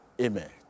amen